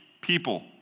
people